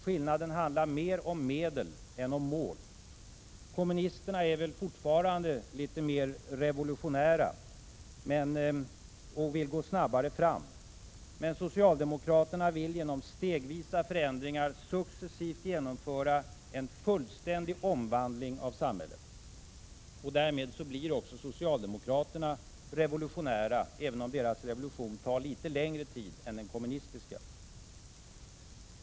Skillnaden handlar mer om medel än om mål. Kommunisterna är väl fortfarande litet mer revolutionära och vill gå snabbare fram. Men socialdemokraterna vill genom stegvisa förändringar successivt genomföra en fullständig omvandling av samhället. Därmed blir också socialdemokraterna revolutionära, även om deras revolution tar litet längre tid än den kommunistiska.